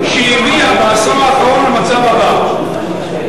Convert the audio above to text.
שהביאה בעשור האחרון למצב הבא: